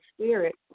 spirit